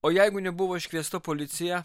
o jeigu nebuvo iškviesta policija